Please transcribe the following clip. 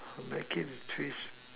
make it a twist